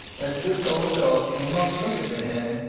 as this old dog will not look at a hare,